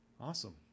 awesome